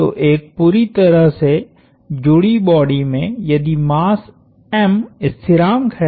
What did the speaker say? तो एक पूरी तरह से जुडी बॉडी में यदि मास M स्थिरांक है